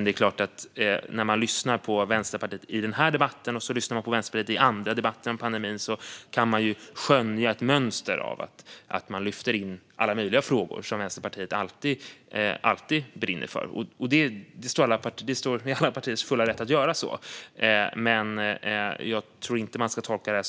När man lyssnar på Vänsterpartiet i den här debatten och i andra debatter om pandemin kan man skönja ett mönster av att Vänsterpartiet lyfter in alla möjliga frågor som det alltid brinner för. Alla partier är i sin fulla rätt att göra så, men jag tror inte att man ska tolka